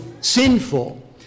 sinful